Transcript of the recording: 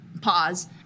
pause